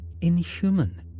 inhuman